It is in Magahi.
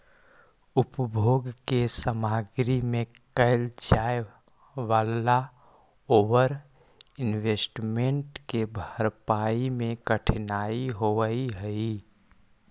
उपभोग के सामग्री में कैल जाए वालला ओवर इन्वेस्टमेंट के भरपाई में कठिनाई होवऽ हई